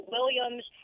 Williams